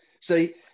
See